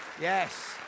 Yes